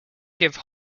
give